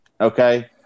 Okay